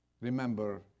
remember